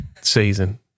season